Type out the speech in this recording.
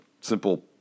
simple